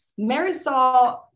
Marisol